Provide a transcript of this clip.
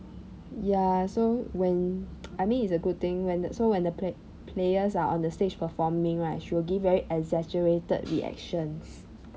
ya so when I mean it's a good thing when the so when the pla~ players are on the stage performing right she will give very exaggerated reactions